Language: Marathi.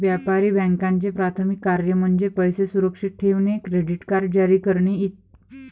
व्यापारी बँकांचे प्राथमिक कार्य म्हणजे पैसे सुरक्षित ठेवणे, क्रेडिट कार्ड जारी करणे इ